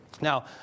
Now